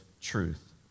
truth